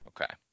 okay